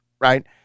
right